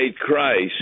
Christ